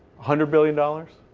hundred billion dollars?